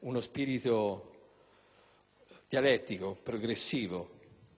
uno spirito dialettico progressivo.